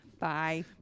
Bye